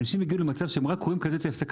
אנשים הגיעו למצב שכשהם רואים שיש הפסקת